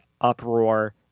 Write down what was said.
uproar